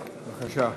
בבקשה.